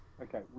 Okay